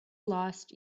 lost